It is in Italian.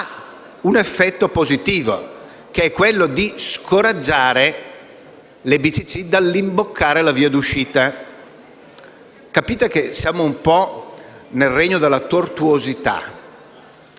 l'effetto positivo di scoraggiare le BCC dall'imboccare la via di uscita. Capite che siamo nel regno della tortuosità.